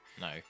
No